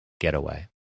getaway